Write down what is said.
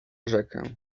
rzekę